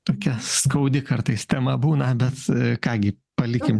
tokia skaudi kartais tema būna bet ką gi palikim